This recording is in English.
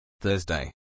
Thursday